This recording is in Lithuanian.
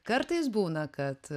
kartais būna kad